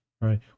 Right